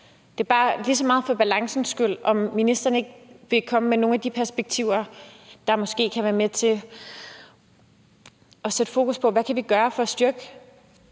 Det er bare – lige så meget for balancens skyld – om ministeren ikke vil komme med nogle af de perspektiver, der måske kan være med til at sikre fokus på, hvad vi kan gøre for at styrke